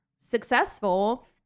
successful